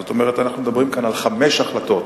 זאת אומרת, אנחנו מדברים כאן על חמש החלטות